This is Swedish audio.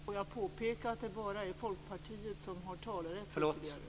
Får jag påpeka att det bara är Folkpartiet som har ytterligare talerätt.